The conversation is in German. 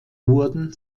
wurden